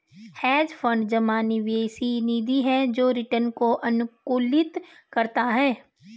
hedge fund जमा निवेश निधि है जो रिटर्न को अनुकूलित करता है